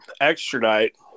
extradite